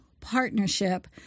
partnership